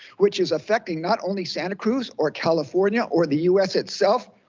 which is affecting not only santa cruz or california or the us itself.